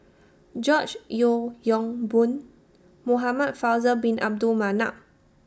George Yeo Yong Boon Muhamad Faisal Bin Abdul Manap